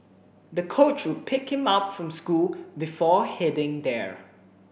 the coach would pick him up from school before heading there